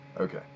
Okay